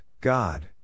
God